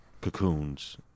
cocoons